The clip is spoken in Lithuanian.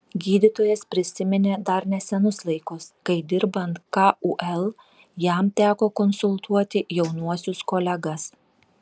gydytojas prisiminė dar nesenus laikus kai dirbant kul jam teko konsultuoti jaunuosius kolegas